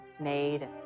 made